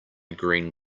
green